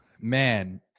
Man